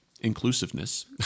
Inclusiveness